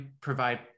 provide